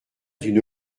d’une